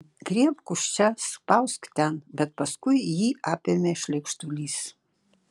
griebk už čia spausk ten bet paskui jį apėmė šleikštulys